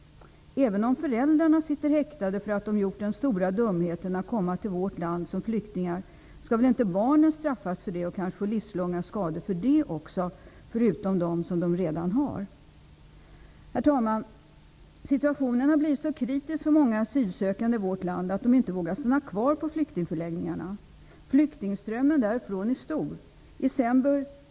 Även om föräldrarna sitter häktade för att de gjort den stora dumheten att komma till vårt land som flyktingar, skall väl inte barnen straffas och kanske få livslånga skador -- förutom de skador de redan har? Herr talman! Situationen har blivit så kritisk för många asylsökande i vårt land att de inte vågar stanna kvar på flyktingförläggningarna. Flyktingströmmen därifrån är stor.